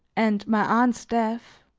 and my aunt's death,